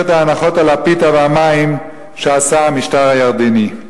את ההנחות על הפיתה והמים שעשה המשטר הירדני.